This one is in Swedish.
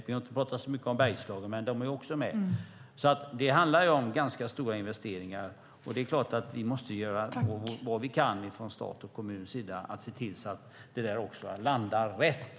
Vi har inte pratat så mycket om Bergslagen, men de är också med. Det handlar om ganska stora investeringar, och det är klart att vi måste göra vad vi kan från statens och kommunernas sida för att se till att det landar rätt.